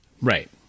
Right